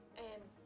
and